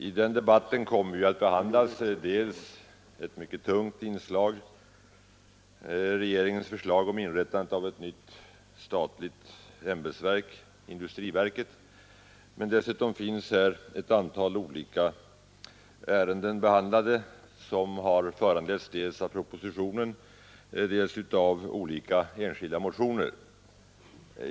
I den debatten kommer att behandlas ett mycket tungt inslag — regeringens förslag om inrättandet av ett nytt statligt ämbetsverk, industriverket. Men dessutom skall ett antal olika ärenden behandlas som föranletts dels av propositionen, dels av olika enskilda motioner.